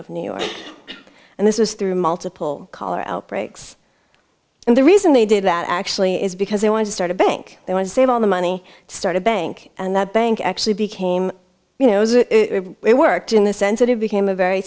of new york and this was through multiple cholera outbreaks and the reason they did that actually is because they wanted to start a bank they want to save all the money start a bank and the bank actually became you know it worked in the sense that it became a very